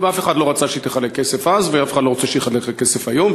אף אחד לא רצה שהיא תחלק כסף אז ואף אחד לא רוצה שהיא תחלק כסף היום,